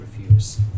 refuse